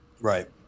Right